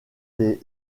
des